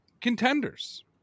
contenders